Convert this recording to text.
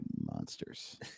Monsters